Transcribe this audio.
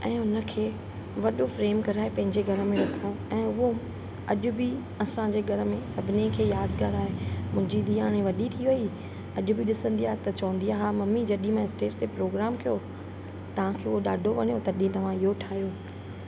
ऐं हुनखे वॾो फ्रेम कराए पंहिंजे घर में रखूं ऐं उहो अॼु बि असांजे घर में सभिनी खे यादगार आहे मुंहिंजी धीअ हाणे वॾी थी वेई अॼु बि ॾिसंदी आहे त चवंदी आहे हा मम्मी जॾहिं मां स्टेज ते प्रोग्राम कयो तव्हांखे उहो ॾाढो वणियो तॾहिं तव्हां इहो ठाहियो